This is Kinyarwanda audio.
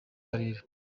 karere